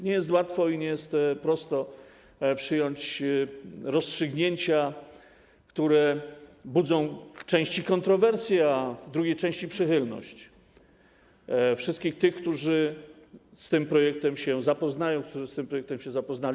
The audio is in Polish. Nie jest łatwo i nie jest prosto przyjąć rozstrzygnięcia, które w części budzą kontrowersje, a w drugiej części przychylność wszystkich tych, którzy z tym projektem się zapoznają, którzy z tym projektem się zapoznali.